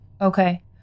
Okay